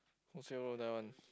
die one